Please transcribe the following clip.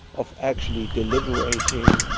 of actually deliberating,